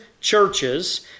churches